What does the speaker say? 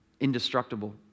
Indestructible